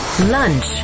lunch